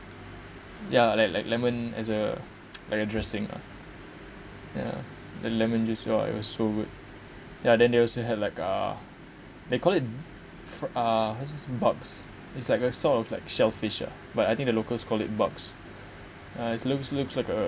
ya like like lemon as a like a dressing lah ya the lemon juice ya it was so good ya then they also had like uh they call it f~ uh what's this bugs it's like a sort of like shellfish ah but I think the locals call it bugs ah it's looks looks like a